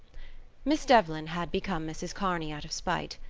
miss devlin had become mrs. kearney out of spite.